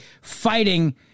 fighting